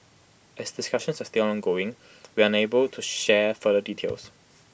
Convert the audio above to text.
as discussions are still ongoing we are unable to share further details